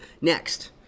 next